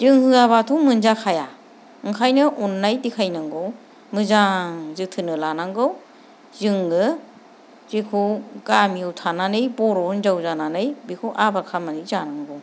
जों होआब्लाथ' मोनजाखाया ओंखायनो अननाय देखायनांगौ मोजाङै जोथोन लानांगौ जोङो जेखौ गामियाव थानानै बर' हिनजाव जानानै बेखौ आबोर खालामनानै जानांगौ